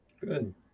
Good